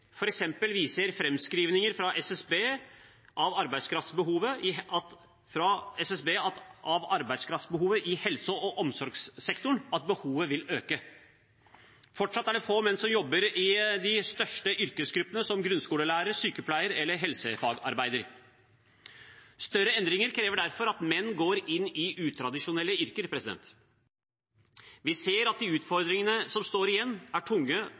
fra SSB av arbeidskraftsbehovet i helse- og omsorgssektoren at behovet vil øke. Fortsatt er det få menn som jobber i de største yrkesgruppene, som grunnskolelærer, sykepleier eller helsefagarbeider. Større endringer krever derfor at menn går inn i utradisjonelle yrker. Vi ser at de utfordringene som står igjen, er tunge